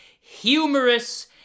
humorous